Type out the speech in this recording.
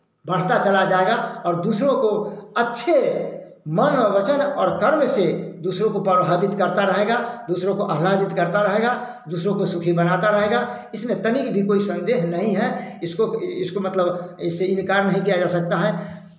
बढ़ता चला जाएगा और दूसरे को अच्छे मन और वचन और कर्म से दूसरे को प्रभावित करता रहेगा दूसरे को आह्लादित करता रहेगा दूसरे को सुखी बनाता रहेगा इसमें तनिक भी कोई संदेह नहीं है इसको इसको मतलब इससे इनकार नहीं किया जा सकता है